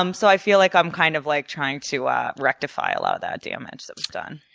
um so i feel like i'm kind of like trying to ah rectify a lot of that damage that was done.